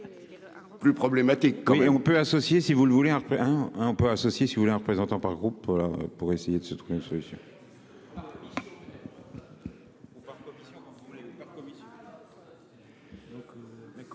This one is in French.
le voulez après hein, on peut associer si vous voulez un représentant par groupe pour essayer de se trouver une solution.